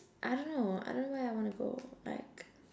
I don't know I don't know where I wanna go like